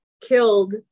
killed